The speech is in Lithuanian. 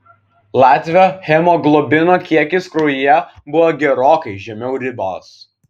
latvio hemoglobino kiekis kraujyje buvo gerokai žemiau ribos